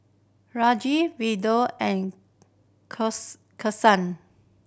Rajat Vedre and